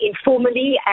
informally